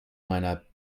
meiner